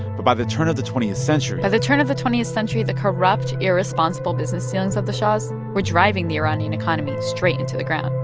by the turn of the twentieth century. by the turn of the twentieth century, the corrupt, irresponsible business dealings of the shahs were driving the iranian economy straight into the ground,